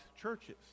churches